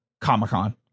comic-con